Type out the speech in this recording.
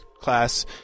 class